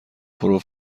پرو